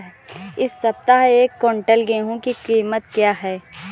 इस सप्ताह एक क्विंटल गेहूँ की कीमत क्या है?